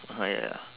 (uh huh) ya